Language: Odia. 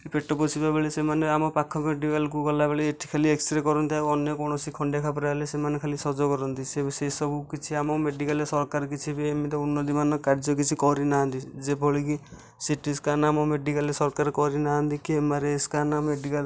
ପେଟପୋଷିବା ବେଳେ ସେମାନେ ଆମ ପାଖ ମେଡିକାଲକୁ ଗଲାବେଳେ ଏଠି ଖାଲି ଏକ୍ସ ରେ କରନ୍ତି ଆଉ ଅନ୍ୟ କୌଣସି ଖଣ୍ଡିଆ ଖାବରା ହେଲେ ସେମାନେ ଖାଲି ସଜ କରନ୍ତି ସେ ସବୁ କିଛି ଆମ ମେଡିକାଲରେ ସରକାର କିଛି ବି ଏମିତି ଉନ୍ନତିମାନ କାର୍ଯ୍ୟ କିଛି କରିନାହାନ୍ତି ଯେଭଳି କି ସିଟିସ୍କାନ ଆମ ମେଡିକାଲରେ ସରକାର କରିନାହାନ୍ତି କି ଏମଆରଆଇ ସ୍କାନ ଆମ ମେଡିକାଲ